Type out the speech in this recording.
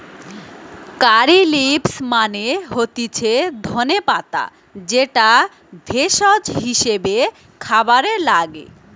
কারী leaves মানে হতিছে ধনে পাতা যেটা ভেষজ হিসেবে খাবারে লাগে